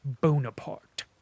Bonaparte